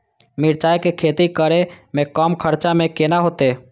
मिरचाय के खेती करे में कम खर्चा में केना होते?